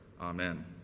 Amen